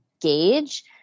gauge